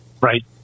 Right